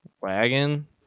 wagon